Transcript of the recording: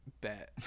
bet